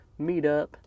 meetup